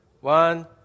One